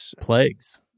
plagues